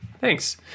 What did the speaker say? thanks